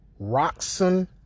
Roxon